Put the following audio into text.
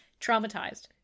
traumatized